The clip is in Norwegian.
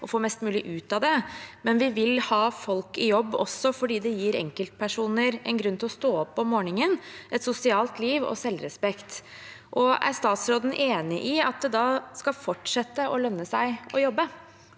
og få mest mulig ut av det, men vi vil også ha folk i jobb fordi det gir enkeltpersoner en grunn til å stå opp om morgenen, et sosialt liv og selvrespekt. Er statsråden enig i at det fortsatt skal lønne seg å jobbe?